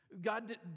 God